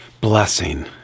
blessing